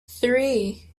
three